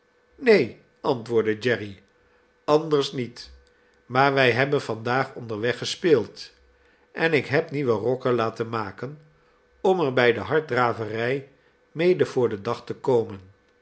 neen antwoordde jerry anders niet maar wij hebben vandaag onderweg gespeeld en ik heb nieuwe rokken laten maken om er bij de harddraverij mede voor den dag te komen